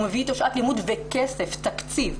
הוא מביא אתו שעת לימוד וכסף, תקציב.